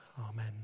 Amen